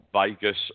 Vegas